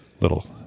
little